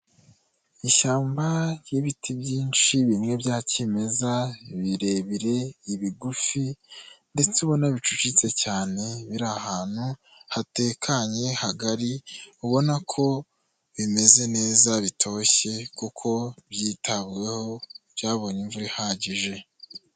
Ishyamba ry'ibiti byinshi bimwe bya kimeza birebire, ibigufi ndetse ubona bicucitse cyane biri ahantu hatekanye hagari, ubona ko bimeze neza bitoshye kuko byitaweho byabonye imvura ihagije.